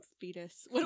fetus